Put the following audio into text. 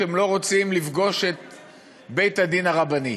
הם לא רוצים לפגוש את בית-הדין הרבני.